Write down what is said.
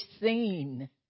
seen